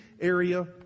area